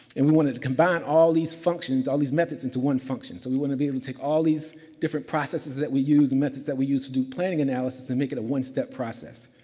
and we wanted to combine all these functions, all these methods into one function. so, we wanted to be able to take all these different processes that we use and methods that we use to do planning analysis and make it a one step process.